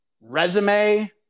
resume